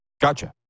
gotcha